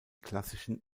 klassischen